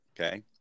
Okay